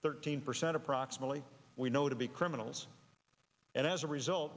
thirteen percent approximately we know to be criminals and as a result